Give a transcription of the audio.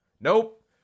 Nope